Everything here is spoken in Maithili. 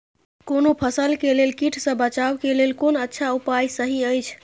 कोनो फसल के लेल कीट सँ बचाव के लेल कोन अच्छा उपाय सहि अछि?